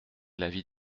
l’avis